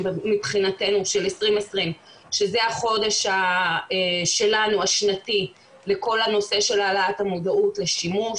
שזה מבחינתנו החודש השנתי שלנו לכל הנושא של העלאת המודעות לשימוש,